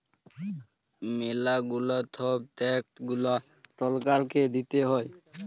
ম্যালা গুলা ছব ট্যাক্স গুলা সরকারকে দিতে হ্যয়